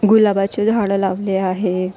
गुलाबाचे झाडं लावले आहे